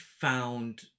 found